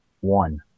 one